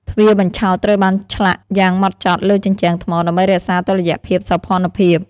ទ្វារបញ្ឆោតត្រូវបានឆ្លាក់យ៉ាងហ្មត់ចត់លើជញ្ជាំងថ្ម ដើម្បីរក្សាតុល្យភាពសោភ័ណភាព។